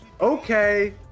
Okay